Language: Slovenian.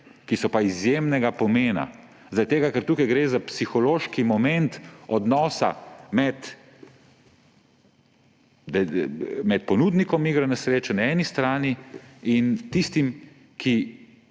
ki so pa izjemnega pomena, ker tukaj gre za psihološki moment odnosa med ponudnikom iger na srečo na eni strani in tistim, ki